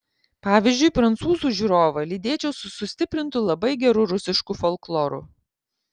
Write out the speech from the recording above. pavyzdžiui prancūzų žiūrovą lydėčiau su sustiprintu labai geru rusišku folkloru